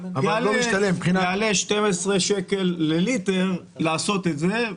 אבל יעלה 12 שקל לליטר לעשות את זה,